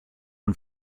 und